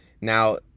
Now